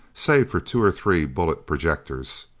save for two or three bullet projectors.